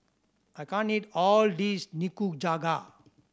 I can't eat all his Nikujaga